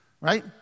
Right